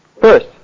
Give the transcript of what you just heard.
First